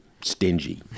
stingy